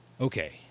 Okay